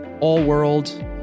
all-world